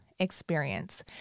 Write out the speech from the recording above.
experience